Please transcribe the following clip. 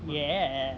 ya